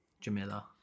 Jamila